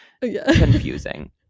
confusing